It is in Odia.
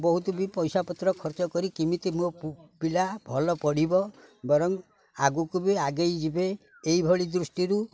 ବହୁତ ବି ପଇସା ପତ୍ର ଖର୍ଚ୍ଚ କରି କେମିତି ମୋ ପିଲା ଭଲ ପଢ଼ିବ ବରଂ ଆଗକୁ ବି ଆଗେଇ ଯିବେ ଏଇଭଳି ଦୃଷ୍ଟିରୁ